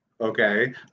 okay